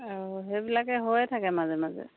আৰু সেইবিলাকে হৈয়ে থাকে মাজে মাজে